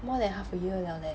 more than half a year liao leh